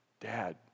Dad